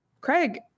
Craig